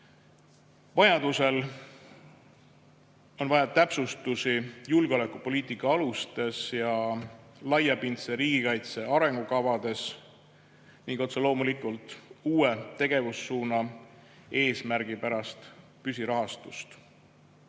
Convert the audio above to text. Vajaduse korral on vaja täpsustusi julgeolekupoliitika alustes ja laiapindse riigikaitse arengukavades ning otse loomulikult uue tegevussuuna eesmärgipärast püsirahastust.